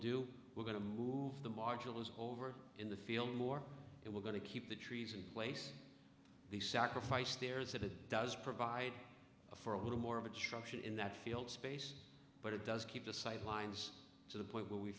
do we're going to move the marja was over in the field more and we're going to keep the trees in place the sacrifice there is that it does provide for a little more of a truck in that field space but it does keep the sidelines to the point where we